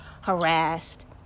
harassed